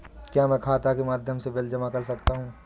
क्या मैं खाता के माध्यम से बिल जमा कर सकता हूँ?